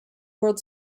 world